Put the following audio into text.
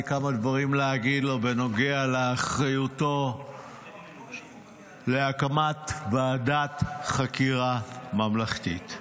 היו לי כמה דברים להגיד לו בנוגע לאחריותו להקמת ועדת חקירה ממלכתית.